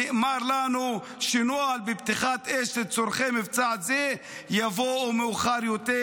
נאמר לנו שנוהל הפתיחה באש לצורכי מבצע זה יבוא מאוחר יותר.